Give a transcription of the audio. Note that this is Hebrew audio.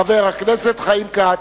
חבר הכנסת חיים כץ.